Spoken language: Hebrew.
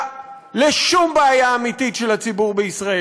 על שום בעיה אמיתית של הציבור בישראל,